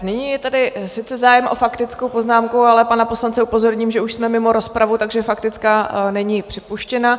Nyní je tady sice zájem o faktickou poznámku, ale pana poslance upozorním, že už jsme mimo rozpravu, takže faktická není připuštěna.